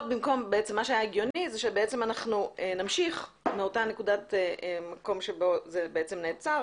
היה הגיוני שאנחנו נמשיך מהנקודה שבה זה נעצר